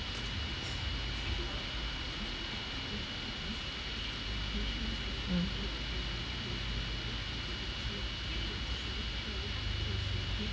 mm